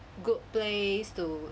good place to